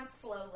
slowly